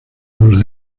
los